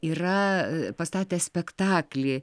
yra pastatęs spektaklį